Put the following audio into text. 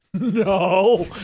No